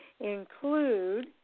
Include